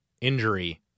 injury